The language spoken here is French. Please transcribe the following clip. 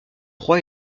roi